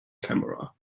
camera